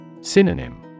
Synonym